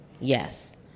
Yes